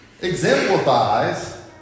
exemplifies